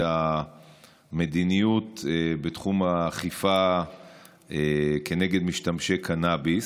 המדיניות בתחום האכיפה כנגד משתמשי קנביס,